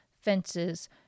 fences